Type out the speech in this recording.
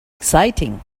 exciting